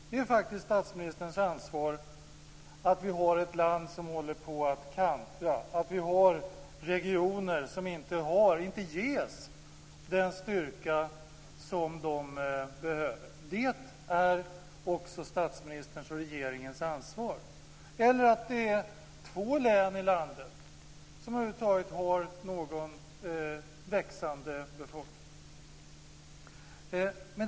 Det är faktiskt statsministerns ansvar att vi har ett land som håller på att kantra och att vi har regioner som inte ges den styrka som de behöver. Det är statsministerns och regeringens ansvar, liksom att det är två län i landet som över huvud taget har någon växande befolkning.